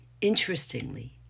Interestingly